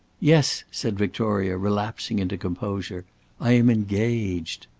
yes! said victoria relapsing into composure i am engaged!